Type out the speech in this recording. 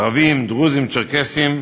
ערבים, דרוזים, צ'רקסים,